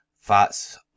fats